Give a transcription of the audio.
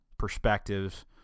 Perspectives